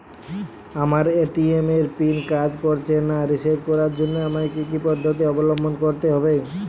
আমার এ.টি.এম এর পিন কাজ করছে না রিসেট করার জন্য আমায় কী কী পদ্ধতি অবলম্বন করতে হবে?